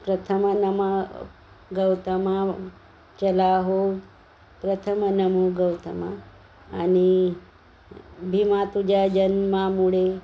प्रथम नमो गौतमा चला हो प्रथम नमो गौतमा आणि भीमा तुझ्या जन्मामुळे